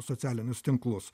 socialinius tinklus